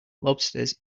lobsters